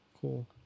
cool